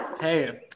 Hey